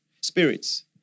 spirits